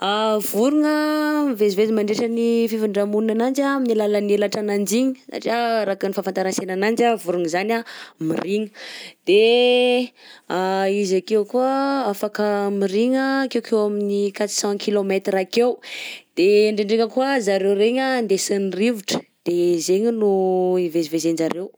An, vorogna ah mivezivezy mandritra ny fifindra-monina ananjy amin'ny alalan'ny elatra ananjy igny satria araka ny fahanfataransena ananjy anh ny vorogna zany mirigna, de izy akeo koa anh afaka mirigna akeokeo amin'ny quatre cent kilomètre akeo, de ndraindraika koa zareo regny andesin'ny rivotra de zegny no ivezivezin-jareo.